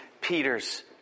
Peter's